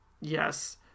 Yes